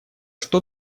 что